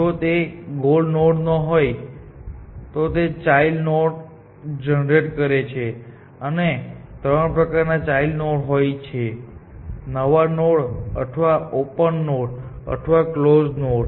જો તે goal node ન હોય તો તે ચાઈલ્ડ નોડ જનરેટ કરે છે અને ત્રણ પ્રકારના ચાઈલ્ડ નોડ હોય છે નવા નોડ્સ અથવા ઓપન નોડ અથવા કલોઝ નોડ